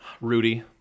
Rudy